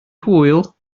hwyl